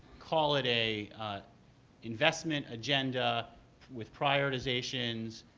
call it a investment agenda with prioritizations,